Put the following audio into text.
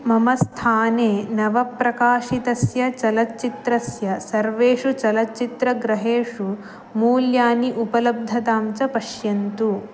मम स्थाने नवप्रकाशितस्य चलच्चित्रस्य सर्वेषु चलचित्रगृहेषु मूल्यानि उपलब्धतां च पश्यन्तु